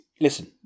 listen